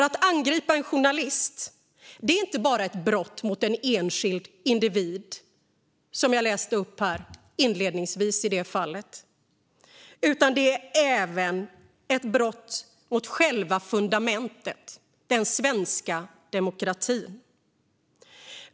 Att angripa en journalist innebär inte bara att begå ett brott mot en enskild individ, som i det fall jag tog upp inledningsvis, utan det är även ett brott mot själva fundamentet - den svenska demokratin.